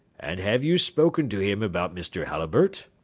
and have you spoken to him about mr. halliburtt?